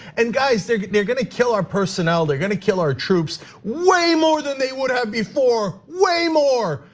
and guys, they're they're gonna kill our personnel, they're gonna kill our troops way more than they would have before, way more.